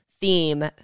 theme